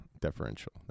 deferential